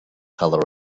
color